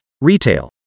retail